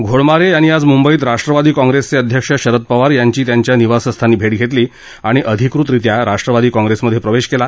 घोडमारे यांनी आज मुंबईत राष्ट्रवादी काँप्रेसचे अध्यक्ष शरद पवार यांची त्यांच्या निवासस्थानी भेट घेतली आणि अधिकृतरित्या राष्ट्रवादीत प्रवेश केला